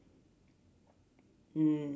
mm